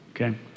okay